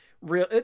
real